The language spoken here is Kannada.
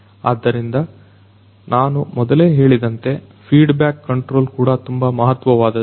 ಆದ್ದರಿಂದ ನಾನು ಮೊದಲೇ ಹೇಳಿದಂತೆ ಫೀಡ್ ಬ್ಯಾಕ್ ಕಂಟ್ರೋಲ್ ಕೂಡ ತುಂಬಾ ಮಹತ್ವವಾದದ್ದು